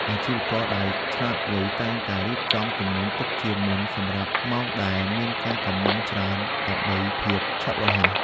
អាជីវករដែលឆ្លាតវៃតែងតែរៀបចំទំនិញទុកជាមុនសម្រាប់ម៉ោងដែលមានការកុម្ម៉ង់ច្រើនដើម្បីភាពឆាប់រហ័ស។